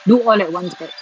do all at once but